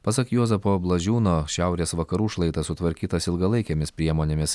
pasak juozapo blažiūno šiaurės vakarų šlaitas sutvarkytas ilgalaikėmis priemonėmis